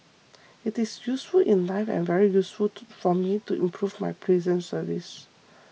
it is useful in life and very useful to for me to improve my prison service